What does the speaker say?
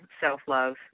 self-love